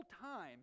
time